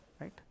right